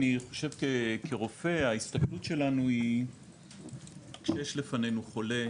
אני חושב שכרופא ההסתכלות שלנו היא כשיש לפנינו חולה,